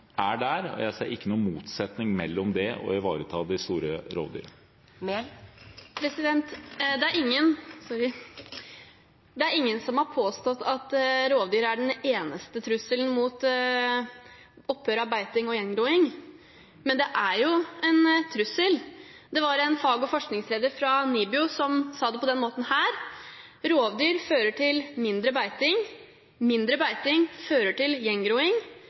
er der. Jeg ser ingen motsetning mellom det og å ivareta de store rovdyrene. Det er ingen som har påstått at rovdyr er den eneste trusselen mot opphør av beiting og gjengroing, men det er en trussel. En fag- og forskningsleder fra NIBIO har sagt det på denne måten: «Rovdyr fører til mindre beiting. Mindre beiting fører til